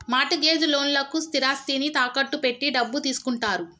mart gauge లోన్లకు స్థిరాస్తిని తాకట్టు పెట్టి డబ్బు తీసుకుంటారు